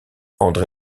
andré